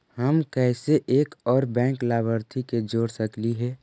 हम कैसे एक और बैंक लाभार्थी के जोड़ सकली हे?